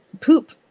poop